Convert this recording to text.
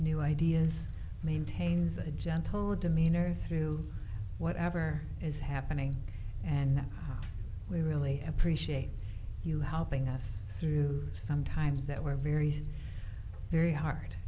new ideas maintains a gentle demeanor through whatever is happening and we really appreciate you helping us sometimes that were very very hard